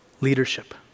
leadership